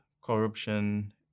corruption